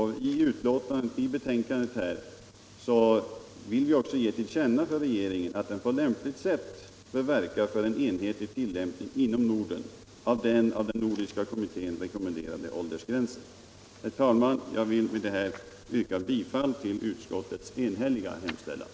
I sitt betänkande hemställer också utskottet att riksdagen som sin mening ger till känna för regeringen att man på lämpligt sätt bör verka för en enhetlig tillämpning inom Norden av den från nordiska kommittén rekommenderade åldersgränsen. Herr talman! Jag vill med detta yrka bifall till utskottets enhälliga hemställan.